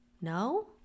No